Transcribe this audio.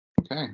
Okay